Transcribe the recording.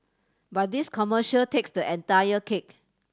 but this commercial takes the entire cake